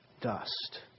dust